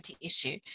issue